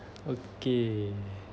okay